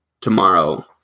tomorrow